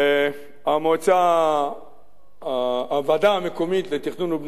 הוועדה האזורית לתכנון ובנייה,